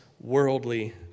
worldly